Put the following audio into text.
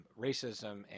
racism